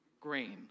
Grain